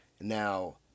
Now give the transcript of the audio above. Now